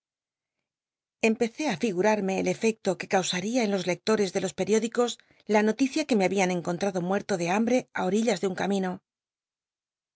empecé á tigurar el erecto c ue cau uia en los lectores de los pel'iódicos la noticia cjuc me habían encontrado muerto de hambre i orillas de un camino